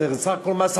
זה בסך הכול מס הכנסה.